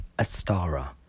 Astara